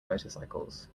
motorcycles